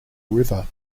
river